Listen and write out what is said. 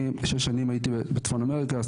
אני שש שנים הייתי בצפון אמריקה,